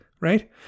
Right